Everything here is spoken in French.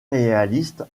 réaliste